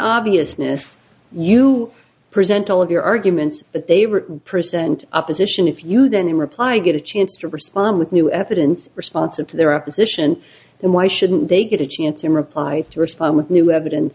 obviousness you present all of your arguments that they were present up position if you then reply i get a chance to respond with new evidence responsive to their opposition and why shouldn't they get a chance to reply to respond with new evidence